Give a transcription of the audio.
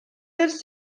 dels